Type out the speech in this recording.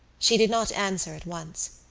she did not answer at once.